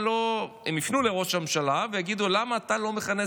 הם יפנו לראש הממשלה ויגידו: למה אתה לא מכנס